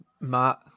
matt